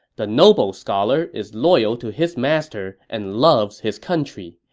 the noble scholar is loyal to his master and loves his country.